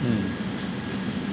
mm